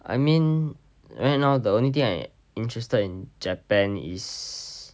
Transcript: I mean right now the only thing I interested in japan is